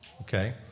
okay